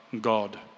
God